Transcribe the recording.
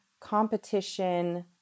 competition